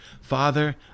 Father